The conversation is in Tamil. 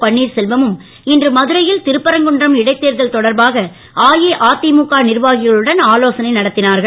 பன்வீர்செல்வமும் இன்று மதுரையில் திருப்பரங்குன்றம் இடைத்தேர்தல் தொடர்பாக அஇஅதிமுக நிர்வாகிகளுடன் ஆலோசனை நடத்தினார்கள்